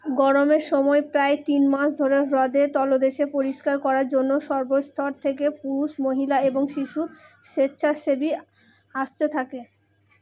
গরমের সময় প্রায় তিন মাস ধরে হ্রদের তলদেশে পরিষ্কার করার জন্য সর্বস্তর থেকে পুরুষ মহিলা এবং শিশু স্বেচ্ছাসেবী আসতে থাকে